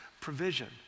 provision